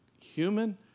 human